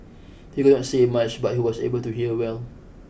he could not say much but he was able to hear well